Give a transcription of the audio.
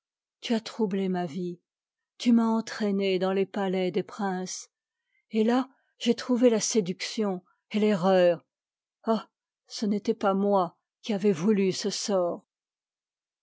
tu as troublé ma vie tu m'as entraînée dans les palais des prin ces et là j'ai trouvé la séduction et l'erreur ah ce n'était pas moi qui avais voulu ce sort